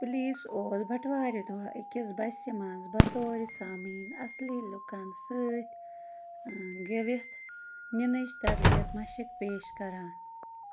police اوس بٹہٕ وارِ دۄہ أکِس بسہِ منٛز بطور سامعیٖن اَصٕلی لُکن سۭتۍ گٮ۪وِتھ نِنٕچ تربِیَت مشٕق پیش کَران